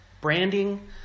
branding